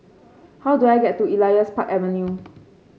how do I get to Elias Park Avenue